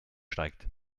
steigt